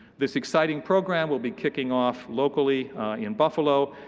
this exciting program will be kicking off locally in buffalo,